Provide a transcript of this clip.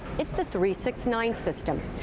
it's the three, six, nine system.